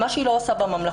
מה שהיא לא עושה בממלכתי.